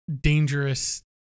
dangerous